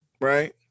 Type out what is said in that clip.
right